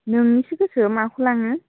नोंनिसो गोसो माखौ लाङो